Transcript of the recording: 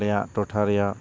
ᱟᱞᱮᱭᱟᱜ ᱴᱚᱴᱷᱟ ᱨᱮᱭᱟᱜ